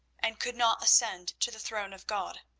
and could not ascend to the throne of god.